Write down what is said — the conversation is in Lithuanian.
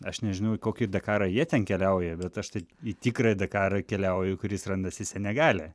aš nežinau į kokį dakarą jie ten keliauja bet aš tai į tikrąjį dakarą keliauju kuris randasi senegale